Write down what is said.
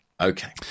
Okay